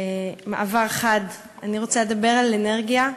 ובמעבר חד, אני רוצה לדבר על אנרגיה.